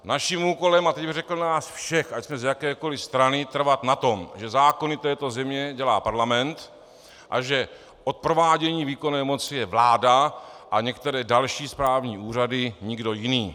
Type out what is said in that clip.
Naším úkolem je, a teď bych řekl nás všech, ať jsme z jakékoli strany, trvat na tom, že zákony této země dělá Parlament a že od provádění výkonné moci je vláda a některé další správní úřady, nikdo jiný.